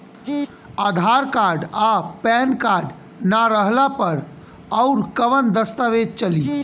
आधार card आ PAN card ना रहला पर अउरकवन दस्तावेज चली?